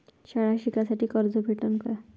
शाळा शिकासाठी कर्ज भेटन का?